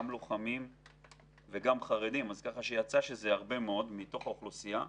לוחמים וגם חרדים יצא שזה הרבה מאוד מתוך האוכלוסייה.